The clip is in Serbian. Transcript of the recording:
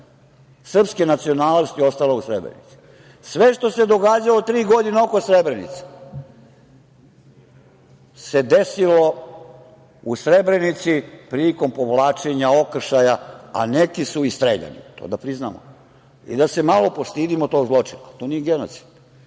srpske nacionalnosti ostala u Srebrenici. Sve što se događalo tri godine oko Srebrenice se desilo u Srebrenici prilikom povlačenja, okršaja, a neki su i streljani. To da priznamo i da se malo postidimo tog zločina. To nije genocid. Pitam